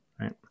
Right